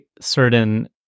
certain